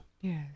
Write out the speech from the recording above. Yes